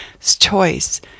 choice